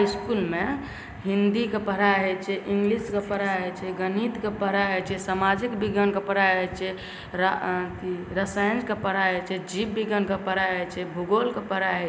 हमरा इसकुलमे हिन्दीके पढ़ाइ होइ छै इङ्गलिशके पढ़ाइ होइ छै गणितके पढ़ाइ होइ छै सामाजिक विज्ञानके पढ़ाइ होइ छै रसायनके पढ़ाइ होइ छै जीव विज्ञानके पढ़ाइ होइ छै भूगोलके पढ़ाइ होइ छै